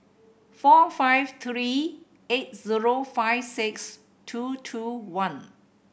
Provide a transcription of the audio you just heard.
four five three eight zero five six two two one